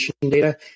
data